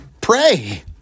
pray